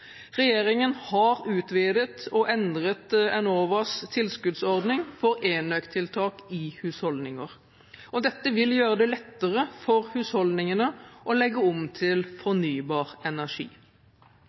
Regjeringen har utvidet og endret Enovas tilskuddsordning for enøktiltak i husholdninger. Dette vil gjøre det lettere for husholdningene å legge om til fornybar energi.